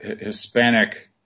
Hispanic